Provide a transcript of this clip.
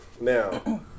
Now